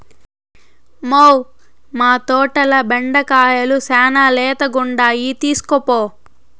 మ్మౌ, మా తోటల బెండకాయలు శానా లేతగుండాయి తీస్కోపో